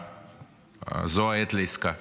זו העת לעסקה.